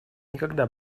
никогда